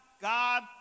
God